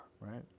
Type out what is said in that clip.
Right